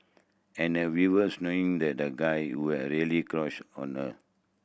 and a viewers knowing that the guy a really crush on her